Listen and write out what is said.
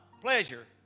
pleasure